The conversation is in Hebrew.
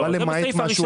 היא באה למעט משהו אחר.